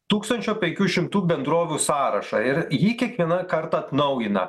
tūkstančio penkių šimtų bendrovių sąrašą ir jį kiekvieną kartą atnaujina